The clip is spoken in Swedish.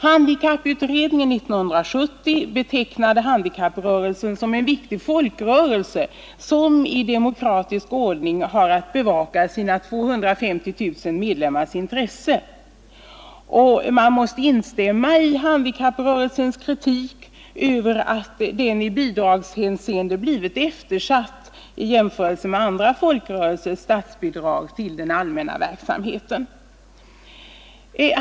Handikapputredningen betecknade 1970 i sitt betänkande handikapprörelsen som en viktig folkrörelse som i demokratisk ordning har att bevaka sina 250 000 medlemmars intressen. Man måste instämma i handikapprörelsens kritik av att den i bidragshänseende blivit eftersatt i jämförelse med andra folkrörelser när det gäller statsbidrag till den allmänna verksamheten.